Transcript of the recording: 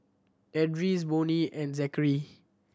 Edris Bonny and Zakary